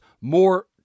more